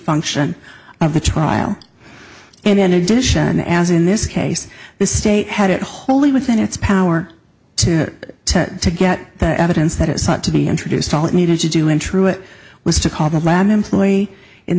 function of the trial and then addition as in this case the state had it wholly within its power to ted to get the evidence that it sought to be introduced all it needed to do in true it was to call the miami employee in